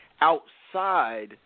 Outside